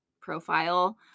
profile